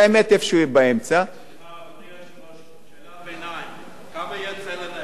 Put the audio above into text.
סליחה, אדוני היושב-ראש, שאלת ביניים: